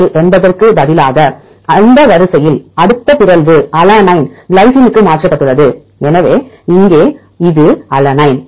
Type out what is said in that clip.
L என்பதற்கு பதிலாக இந்த வரிசையிலிருந்து அடுத்த பிறழ்வு அலனைன் கிளைசினுக்கு மாற்றப்பட்டுள்ளது எனவே இங்கே இது அலனைன்